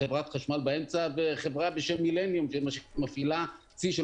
חברת חשמל באמצע וחברה בשם מילניום שמפעילה צי של